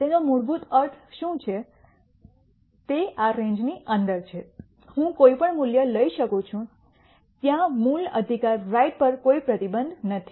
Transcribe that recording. તેનો મૂળભૂત અર્થ શું છે તે આ રેન્જની અંદર છે હું કોઈપણ મૂલ્ય લઈ શકું છું ત્યાં મૂલ અધિકાર રાઇટ પર કોઈ પ્રતિબંધ નથી